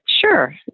Sure